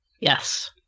Yes